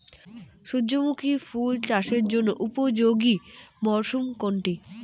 সূর্যমুখী ফুল চাষের জন্য উপযোগী মরসুম কোনটি?